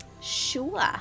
Sure